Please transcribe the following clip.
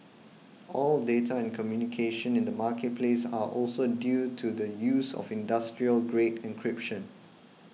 all data and communication in the marketplace are also due to the use of industrial grade encryption